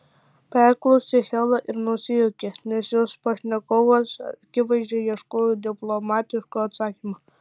perklausė hela ir nusijuokė nes jos pašnekovas akivaizdžiai ieškojo diplomatiško atsakymo